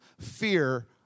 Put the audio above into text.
fear